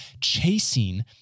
chasing